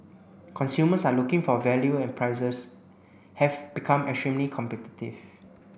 consumers are looking for value and prices have become extremely competitive